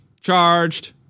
charged